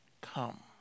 Come